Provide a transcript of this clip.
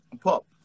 pop